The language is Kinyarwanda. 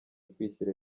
ukwishyira